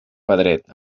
pedret